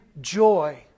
Joy